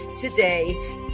today